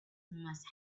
must